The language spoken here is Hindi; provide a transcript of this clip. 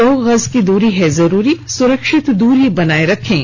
दो गज की दूरी है जरूरी सुरक्षित दूरी बनाए रखें